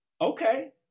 Okay